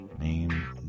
Name